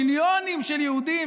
מיליונים של יהודים,